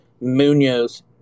Munoz